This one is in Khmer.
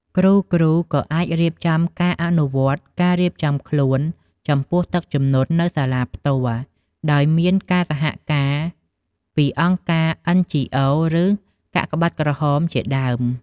គ្រូៗក៏អាចរៀបចំការអនុវត្តការរៀបចំខ្លួនចំពោះទឹកជំនន់នៅសាលាផ្ទាល់ដោយមានការសហការពី អង្គការ NGO ឬ កាកបាទក្រហមជាដើម។